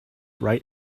right